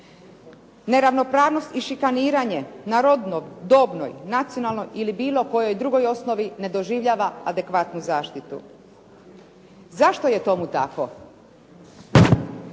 neravnopravnost i šikaniranje na rodnoj, dobnoj, nacionalnoj ili bilo kojoj drugoj osnovi ne doživljava adekvatnu zaštitu. Zašto je tomu tako?